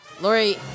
Lori